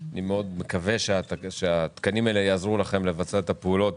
ואני מאוד מקווה שהתקנים האלה יעזרו לכם לבצע את הפעולות